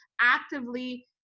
actively